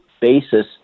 basis